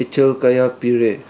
ꯏꯊꯤꯜ ꯀꯌꯥ ꯄꯤꯔꯦ